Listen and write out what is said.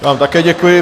Já vám také děkuji.